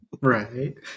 Right